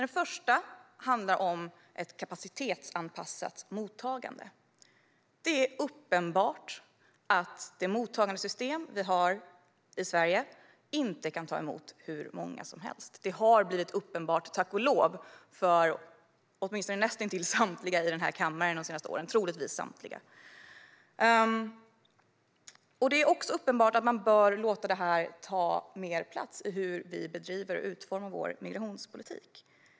Det första handlar om ett kapacitetsanpassat mottagande. Det är uppenbart att det mottagandesystem vi har i Sverige inte kan ta emot hur många som helst. Det har blivit uppenbart, tack och lov, för troligtvis samtliga i den här kammaren de senaste åren. Det är också uppenbart att man bör låta det här ta mer plats när det gäller hur vi utformar vår migrationspolitik.